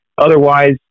otherwise